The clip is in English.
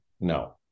No